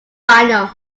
final